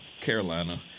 Carolina